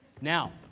Now